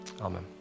Amen